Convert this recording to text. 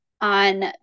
on